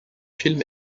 film